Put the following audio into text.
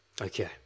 okay